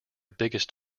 biggest